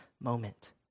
moment